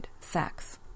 sex